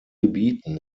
gebieten